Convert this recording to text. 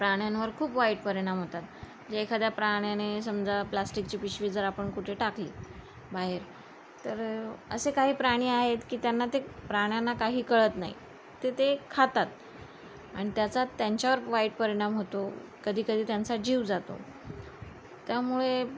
प्राण्यांवर खूप वाईट परिणाम होतात जे एखाद्या प्राण्याने समजा प्लॅस्टिकची पिशवी जर आपण कुठे टाकली बाहेर तर असे काही प्राणी आहेत की त्यांना ते प्राण्यांना काही कळत नाही ते ते खातात आण त्याचा त्यांच्यावर वाईट परिणाम होतो कधी कधी त्यांचा जीव जातो त्यामुळे